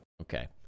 Okay